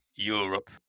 Europe